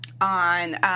on